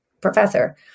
professor